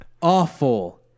awful